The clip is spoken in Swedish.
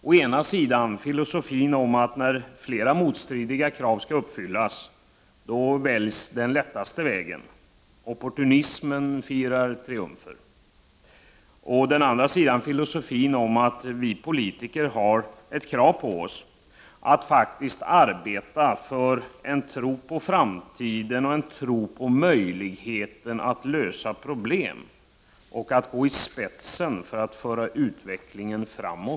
Å ena sidan är det filosofin om att när flera motstridiga krav skall uppfyllas väljs den lättaste vägen — opportunismen firar triumfer. Å andra sidan är det filosofin om att vi politiker har ett krav på oss att faktiskt arbeta för en tro på framtiden och en tro på möjligheten att lösa problem och att gå i spetsen när det gäller att föra utvecklingen framåt.